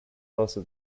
also